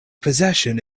possession